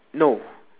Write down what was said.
no